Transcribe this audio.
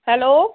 hello